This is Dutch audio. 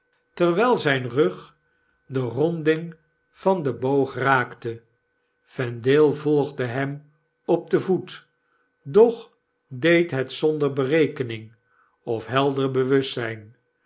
terwyl zyn rug geen uitweg de ronding van den boog raakte vendale volgde hem op den voet doch deed het zonder t erekening of helder bewustzyn